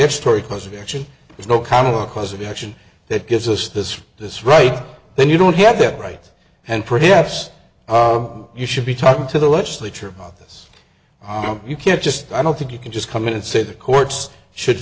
destroyed cause of action there's no common law cause of action that gives us this this right then you don't have that right and perhaps you should be talking to the legislature of office you can't just i don't think you can just come in and say the courts should